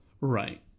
right